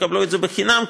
יקבלו את זה חינם,